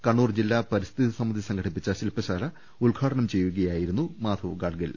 കണ്ണൂർ ജില്ലാ പരി സ്ഥിതി സമിതി സംഘടിപ്പിച്ച ശില്പശാല ഉദ്ഘാടനം ചെയ്യുകയായിരുന്നു മാധവ് ഗാഡ്ഗിൽ